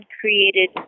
created